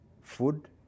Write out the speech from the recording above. food